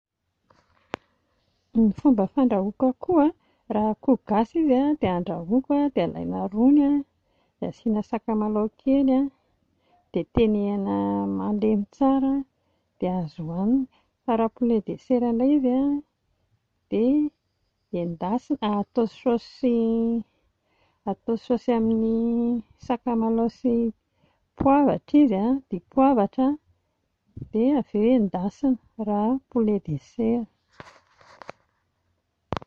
Ny fomba fandrahoako akoho a raha akoho gasy izy a dia andrahoako a dia alaina rony a dia asiana sakamalaho kely dia tenehina malemy tsara dia azo hohanina, fa raha poulet de chair indray izy a dia endasina hatao saosy hatao saosy amin'ny sakamalaho sy poivatra izy a dipoavatra dia avy eo endasina raha poulet de chair